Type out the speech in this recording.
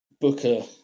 Booker